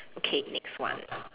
okay next one